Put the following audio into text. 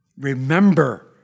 Remember